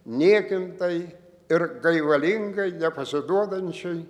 niekintai ir gaivalingai nepasiduodančiai